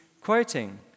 quoting